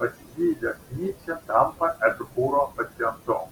pasigydęs nyčė tampa epikūro pacientu